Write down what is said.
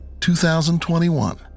2021